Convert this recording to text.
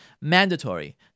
Mandatory